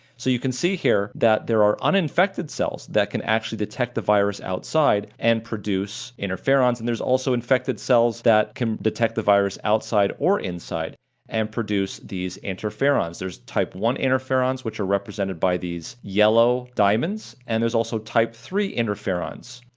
so you can see here that there are uninfected cells that can actually detect the detect the virus outside and produce interferons, and there's also infected cells that can detect the virus outside or inside and produce these interferons. there's type one interferons which are represented by these yellow diamonds and there's also type three interferons,